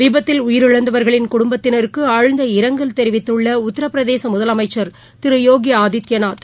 விபத்தில் உயிரிழந்தவர்களின் குடும்பத்தினருக்கு ஆழ்ந்த இரங்கல் தெரிவித்துள்ள உத்திரபிரதேச முதலமைச்ச் யோகி ஆதித்பநாத்